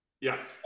Yes